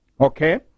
Okay